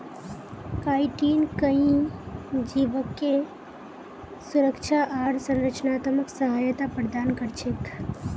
chitin कई जीवके सुरक्षा आर संरचनात्मक सहायता प्रदान कर छेक